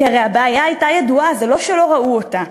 כי הרי הבעיה הייתה ידועה, זה לא שלא ראו אותה.